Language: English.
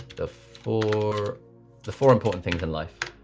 the four the four important things in life,